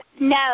No